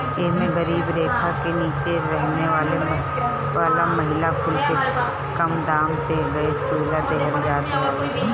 एमे गरीबी रेखा के नीचे रहे वाला महिला कुल के कम दाम पे गैस चुल्हा देहल जात हवे